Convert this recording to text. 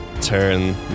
turn